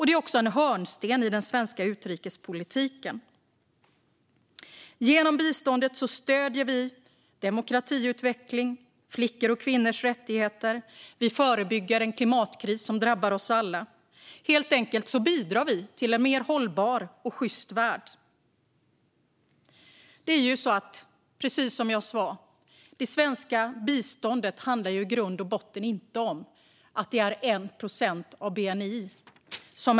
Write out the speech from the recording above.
Det är också en hörnsten i den svenska utrikespolitiken. Genom biståndet stöder vi demokratiutveckling och flickors och kvinnors rättigheter. Vi förebygger en klimatkris som drabbar oss alla. Helt enkelt bidrar vi till en mer hållbar och sjyst värld. Precis som jag sa är inte syftet med det svenska biståndet i grund och botten att det är 1 procent av bni.